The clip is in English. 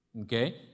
okay